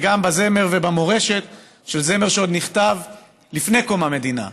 וגם בזמר ובמורשת של הזמר שנכתב עוד לפני קום המדינה.